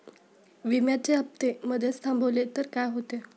विम्याचे हफ्ते मधेच थांबवले तर काय होते?